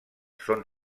són